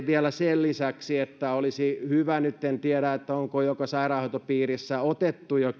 vielä lisäksi olisi hyvä nyt en tiedä onko joka sairaanhoitopiirissä jo